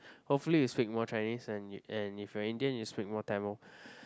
hopefully you speak more Chinese and and if you're Indian you speak more Tamil